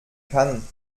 kann